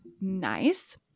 nice